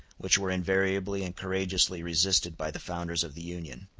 which were invariably and courageously resisted by the founders of the union.